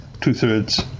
two-thirds